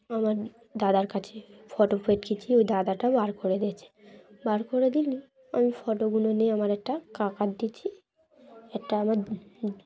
আমার দাদার কাছে ফটো ওই দাদাটা বার করে দিয়েছে বার করে দিলে আমি ফটোগুলো নিয়ে আমার একটা কাকার দিয়েছি একটা আমার